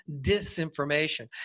disinformation